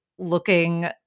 Looking